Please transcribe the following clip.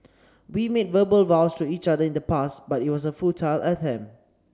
we made verbal vows to each other in the past but it was a futile attempt